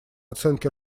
оценки